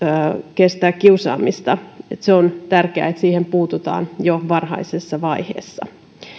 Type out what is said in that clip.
kestää kiusaamista se on tärkeää että siihen puututaan jo varhaisessa vaiheessa